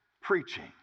preaching